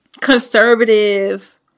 conservative